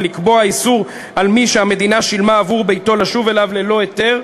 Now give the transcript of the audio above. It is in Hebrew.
ולקבוע איסור על מי שהמדינה שילמה עבור ביתו לשוב אליו ללא היתר".